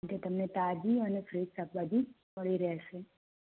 એટલે તમને તાજી અને ફ્રેશ શાકભાજી મળી રહેશે